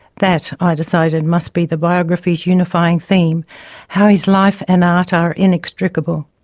that, i decided, must be the biography's unifying theme how his life and art are inextricable.